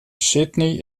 sydney